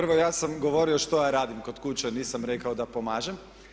Prvo ja sam govorio što ja radim kod kuće, nisam rekao da pomažem.